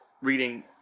reading